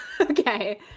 Okay